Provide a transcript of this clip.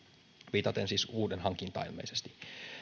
viitaten siis uuden hankintaan ilmeisesti